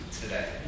today